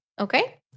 Okay